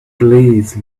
please